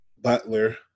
Butler